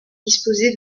disposées